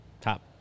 top